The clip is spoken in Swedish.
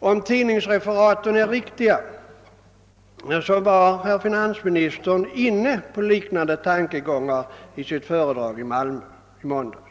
Om tidningsreferaten är riktiga, var herr finansministern inne på liknande tankegångar i sitt föredrag i Malmö i måndags.